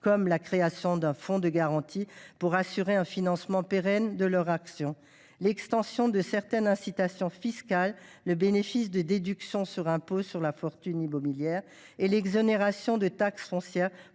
comme la création d’un fonds de garantie assurant un financement pérenne des AASC, l’extension de certaines incitations fiscales, le bénéfice de déductions de l’impôt sur la fortune immobilière (IFI) et l’exonération de taxe foncière